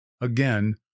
Again